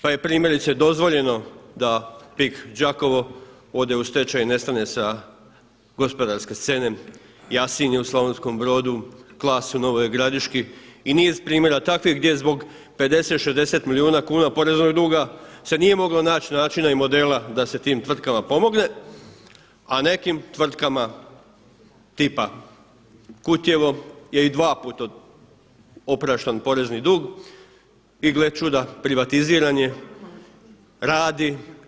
Pa je primjerice dozvoljeno da PIK Đakovo ode u stečaj i nestane sa gospodarske scene, … u Slavonskom Brodu, Klas u Novoj Gradiški i niz primjera takvih gdje zbog 50, 60 milijuna kuna poreznog duga se nije moglo načina i modela da se tim tvrtkama pomogne a nekim tvrtkama tipa Kutjevo je i dva puta opraštan porezni dug i gle čuda privatiziran je, radi.